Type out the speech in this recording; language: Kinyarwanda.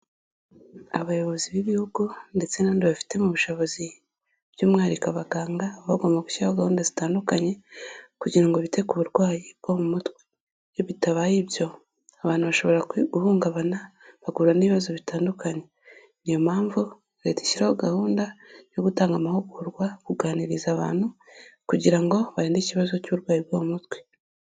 Abayobozi b'ibihugu ndetse n'abandibi babifite mu bushobozi by'umwihariko abaganga, bagomba gushyiraho gahunda zitandukanye, kugira ngo bite ku uburwayi bwo mu mutwe. Iyo bitabaye ibyo, abantu bashobora guhungabana, bagahura n'ibibazo bitandukanye. Niyompamvu, Leta ishyiraho gahunda yo gutanga amahugurwa, kuganiriza abantu, kugira ngo barinde ikibazo cy'uburwayi bwo mu mutwe.